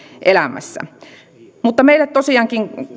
elämässä meille kristillisdemokraateille tosiaankin